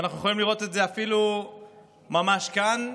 ואנחנו יכולים לראות את זה אפילו ממש כאן.